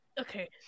Okay